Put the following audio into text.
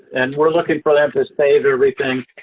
and we're looking for them to save everything.